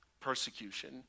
persecution